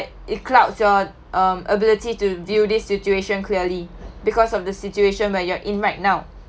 it clouds your um ability to view this situation clearly because of the situation where you're in right now